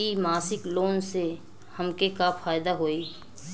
इ मासिक लोन से हमके का फायदा होई?